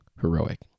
heroic